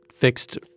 fixed